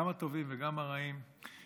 גם הטובים וגם הרעים,